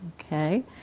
okay